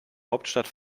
hauptstadt